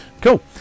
Cool